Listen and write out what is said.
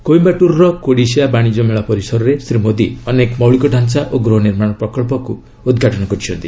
କୋଇମ୍ଭାଟୁରର କୋଡ଼ିସିଆ ବାଶିଜ୍ୟ ମେଳା ପରିସରରେ ଶ୍ରୀ ମୋଦୀ ଅନେକ ମୌଳିକ ଢାଞ୍ଚା ଓ ଗୃହ ନିର୍ମାଣ ପ୍ରକଳ୍ପକୁ ଉଦ୍ଘାଟନ କରିଛନ୍ତି